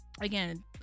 Again